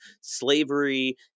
slavery